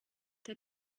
der